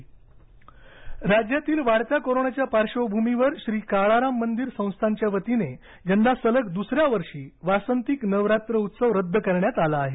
नाशिक उत्सव रद्द नाशिक राज्यातील वाढत्या कोरोनाच्या पार्श्वभूमीवर श्री काळाराम मंदिर संस्थानच्या वतीने यंदा सलग दुसऱ्या वर्षी वासंतिक नवरात्र उत्सव रद्द करण्यात आला आहे